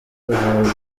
bahabwa